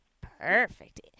Perfect